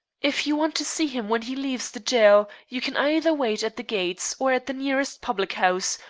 if you want to see him when he leaves the jail you can either wait at the gates or at the nearest public-house,